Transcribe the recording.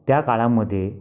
त्या काळामध्ये